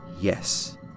Yes